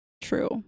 True